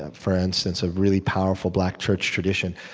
um for instance, a really powerful black church tradition.